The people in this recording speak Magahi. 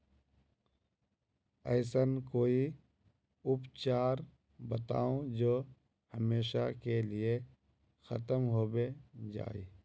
ऐसन कोई उपचार बताऊं जो हमेशा के लिए खत्म होबे जाए?